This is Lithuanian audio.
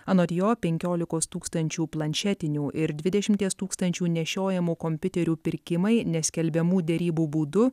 anot jo penkiolikos tūkstančių planšetinių ir dvidešimties tūkstančių nešiojamų kompiuterių pirkimai neskelbiamų derybų būdu